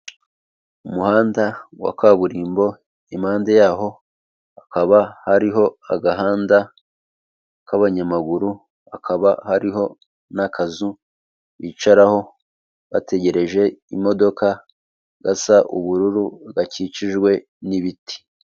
Umuhanda wa kaburimbo impande yaho hakaba hariho agahanda k'abanyamaguru hakaba hariho n'akazu bicaraho bategereje imodoka gasa ubururu gakikijwe n'ibiti.